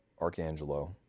Archangelo